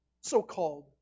so-called